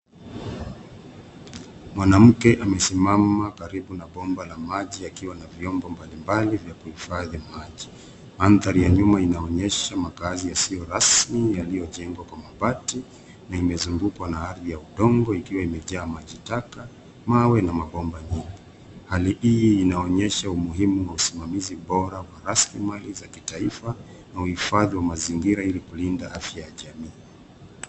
Mwanamke amesimama karibu na bomba la maji akiwa na vyombo mbalimbali vya kuhifadhi maji. Mandhari ya nyuma inaonyesha makazi yasiyo rasmi yaliyojengwa kwa mabati na imezungukwa na ardhi ya udongo ikiwa imejaa majitaka, mawe na mabomba nyingi. Hali hii inaonyesha umuhimu wa usimamizi bora wa rasilimali za kitaifa na uhifadhi wa mazingira ili kulinda afya ya jamii.